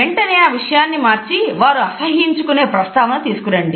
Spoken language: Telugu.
వెంటనే ఆ విషయాన్ని మార్చి వారు అసహ్యించుకునే ప్రస్తావనను తీసుకురండి